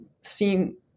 seen